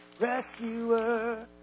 Rescuer